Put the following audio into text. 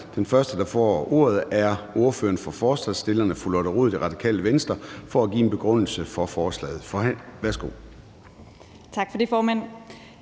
Den første, der får ordet, er ordføreren for forslagsstillerne, fru Lotte Rod, Radikale Venstre, for at give en begrundelse for forslaget.